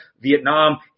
Vietnam